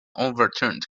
overturned